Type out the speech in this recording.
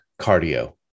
cardio